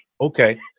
Okay